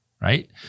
right